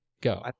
go